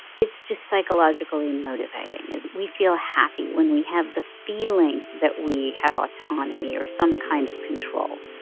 it's just psychologically motivating. and we feel happy when we have the feeling that we have autonomy or some kind of control.